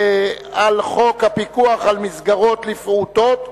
חוק הפיקוח על מסגרות לפעוטות,